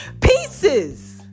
Pieces